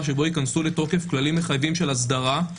שבו ייכנסו לתוקף כללים מחייבים של אסדרה,